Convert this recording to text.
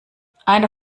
einer